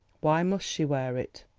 why must she wear it?